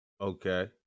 Okay